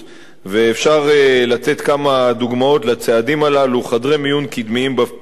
ואפשר לתת כמה דוגמאות לצעדים הללו: חדרי מיון קדמיים בפריפריה,